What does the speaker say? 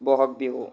Bohag Bihu